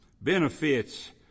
benefits